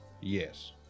Yes